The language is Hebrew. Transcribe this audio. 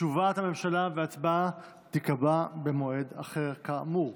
תשובת הממשלה והצבעה ייקבעו במועד אחר, כאמור.